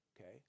Okay